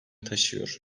taşıyor